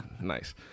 nice